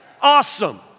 Awesome